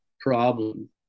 problem